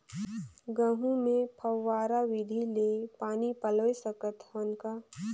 गहूं मे फव्वारा विधि ले पानी पलोय सकत हन का?